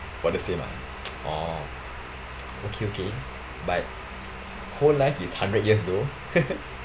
about the same ah orh okay okay but whole life is hundred years though